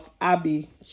Abby